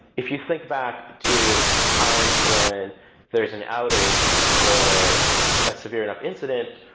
if you think back to times when there is an outage or a severe enough incident,